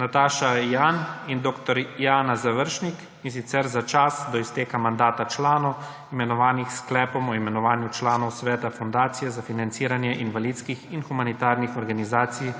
Nataša Jan in dr. Jana Završnik, in sicer za čas do izteka mandata članov, imenovanih s Sklepom o imenovanju članov Sveta Fundacije za financiranje invalidskih in humanitarnih organizacij